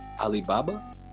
Alibaba